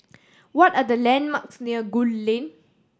what are the landmarks near Gul Lane